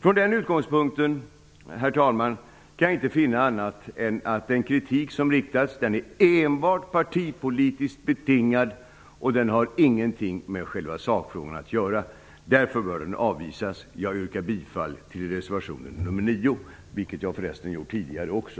Från den utgångspunkten kan jag inte finna annat än att den kritik som framförts enbart är partipolitiskt betingad och inte har någonting med själva sakfrågan att göra. Den bör därför avvisas. Jag yrkar bifall till reservation nr 9, vilket jag för resten gjort tidigare också.